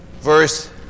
verse